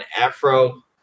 afro